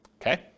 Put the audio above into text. okay